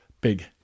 big